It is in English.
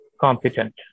competent